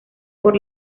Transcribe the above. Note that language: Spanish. por